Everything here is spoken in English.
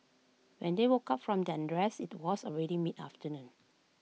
when they woke up from their rest IT was already mid afternoon